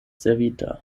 servita